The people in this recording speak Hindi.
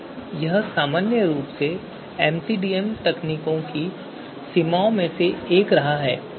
तो यह सामान्य रूप से एमसीडीएम तकनीकों की सीमाओं में से एक रहा है